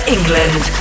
England